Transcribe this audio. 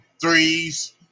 threes